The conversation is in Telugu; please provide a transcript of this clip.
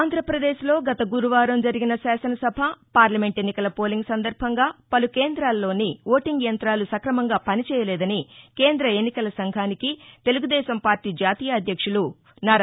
ఆంధ్రాప్రదేశ్ లో గత గురువారం జరిగిన శాసనసభ పార్లమెంట్ ఎన్నికల పోలింగ్ సందర్బంగా పలు కేంద్రాల్లోని ఓటీంగ్ యంతాలు సక్రమంగా పని చేయలేదని కేంద్ర ఎన్నికల సంఘానికి తెలుగుదేశం పార్లీ జాతీయ అధ్యక్షులు ఎన్